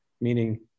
meaning